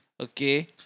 okay